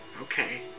Okay